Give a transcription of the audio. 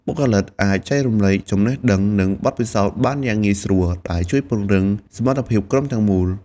បុគ្គលិកអាចចែករំលែកចំណេះដឹង និងបទពិសោធន៍បានយ៉ាងងាយស្រួល ដែលជួយពង្រឹងសមត្ថភាពក្រុមទាំងមូល។